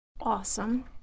Awesome